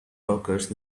blockers